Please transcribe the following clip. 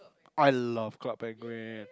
I love Club Penguin